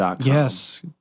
Yes